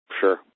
Sure